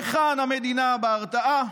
היכן המדינה בהרתעה?